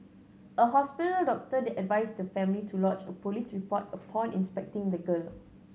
a hospital doctor advised the family to lodge a police report upon inspecting the girl